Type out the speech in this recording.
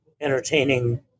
entertaining